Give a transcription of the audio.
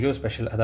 special